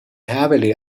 heavily